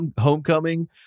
homecoming